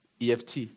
EFT